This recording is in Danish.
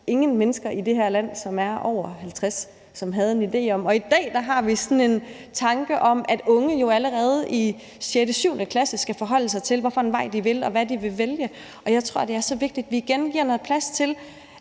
ingen mennesker i det her land, som er over 50 år, som havde en idé om. Og i dag har vi sådan en tanke om, at unge allerede i 6.-7. klasse skal forholde sig til, hvad for en vej de vil, og hvad de vil vælge. Jeg tror, det er så vigtigt, at vi igen giver noget plads til,